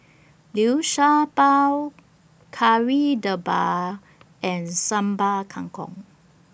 Liu Sha Bao Kari Debal and Sambal Kangkong